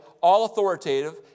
all-authoritative